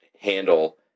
handle